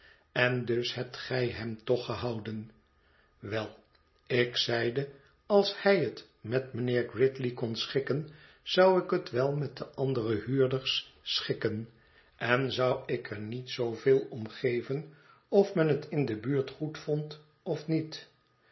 en dus hebt gij hem toch gehouden wel ik zeide als hij het met mijnheer gridley kon schikken zou ik het wel met de andere huurders schikken en zou ik er niet zooveel om geven of men het in de buurt goedvond of niet